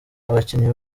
abakinnyi